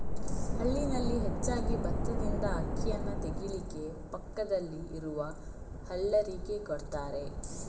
ಹಳ್ಳಿನಲ್ಲಿ ಹೆಚ್ಚಾಗಿ ಬತ್ತದಿಂದ ಅಕ್ಕಿಯನ್ನ ತೆಗೀಲಿಕ್ಕೆ ಪಕ್ಕದಲ್ಲಿ ಇರುವ ಹಲ್ಲರಿಗೆ ಕೊಡ್ತಾರೆ